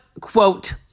quote